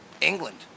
England